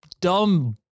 dumb